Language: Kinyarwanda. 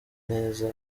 neza